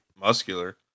Muscular